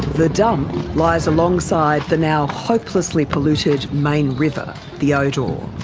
the dump lies alongside the now hopelessly polluted main river, the odaw,